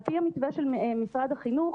על פי המתווה של משרד החינוך